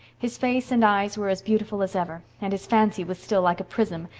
his face and eyes were as beautiful as ever, and his fancy was still like a prism,